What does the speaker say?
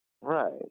Right